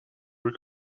were